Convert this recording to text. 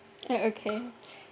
I okay